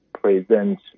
present